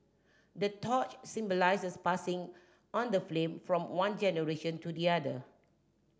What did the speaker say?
the torch symbolises passing on the flame from one generation to the other